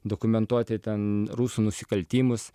dokumentuoti ten rusų nusikaltimus